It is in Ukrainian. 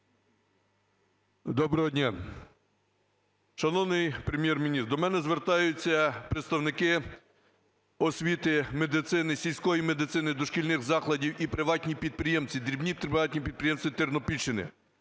Доброго дня! Шановний Прем'єр-міністре, до мене звертаються представники освіти, медицини, сільської медицини, дошкільних закладів і приватні підприємці, дрібні приватні підприємці Тернопільщини.